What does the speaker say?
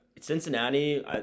Cincinnati